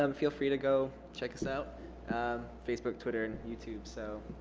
um feel free to go check us out facebook twitter and youtube so